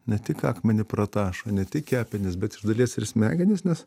ne tik akmenį pratašo ne tik kepenis bet iš dalies ir smegenis nes